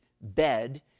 bed